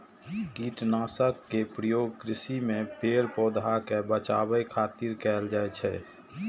कीटनाशक के प्रयोग कृषि मे पेड़, पौधा कें बचाबै खातिर कैल जाइ छै